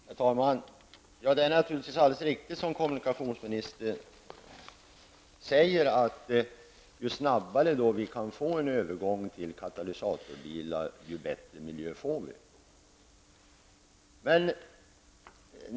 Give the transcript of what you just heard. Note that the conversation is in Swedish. Herr talman! Det är naturligtvis alldeles riktigt som kommunikationsministern säger, att ju snabbare vi kan få en övergång till katalysatorbilar, desto bättre miljö får vi.